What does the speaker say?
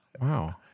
Wow